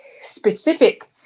specific